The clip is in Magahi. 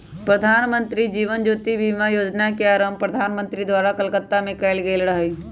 प्रधानमंत्री जीवन ज्योति बीमा जोजना के आरंभ प्रधानमंत्री द्वारा कलकत्ता में कएल गेल रहइ